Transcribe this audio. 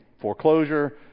foreclosure